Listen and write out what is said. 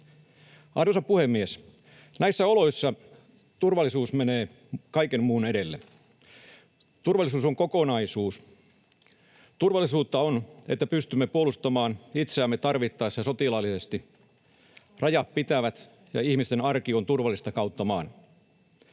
Arvoisa puhemies! Näissä oloissa turvallisuus menee kaiken muun edelle. Turvallisuus on kokonaisuus. Turvallisuutta on, että pystymme puolustamaan itseämme tarvittaessa sotilaallisesti, rajat pitävät ja ihmisten arki on turvallista kautta maan.